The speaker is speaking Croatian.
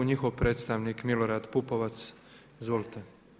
Njihov predstavnik Milorad Pupovac, izvolite.